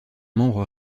membre